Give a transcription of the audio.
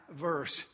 verse